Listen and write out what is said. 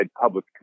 public